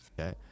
Okay